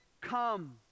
come